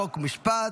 חוק ומשפט,